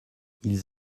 ils